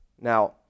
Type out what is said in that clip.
Now